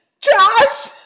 Josh